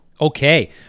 okay